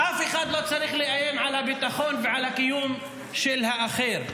אף אחד לא צריך לאיים על הביטחון ועל הקיום של האחר.